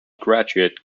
graduate